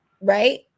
right